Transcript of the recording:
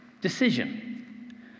decision